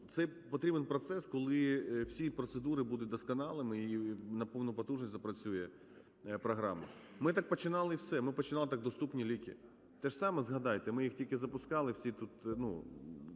цей потрібен процес, коли всі процедури будуть вдосконалені і на повну потужність запрацює програма. Ми так починали все. Ми починали так "Доступні ліки", те ж саме згадайте, ми їх тільки запускали – всі тут, ну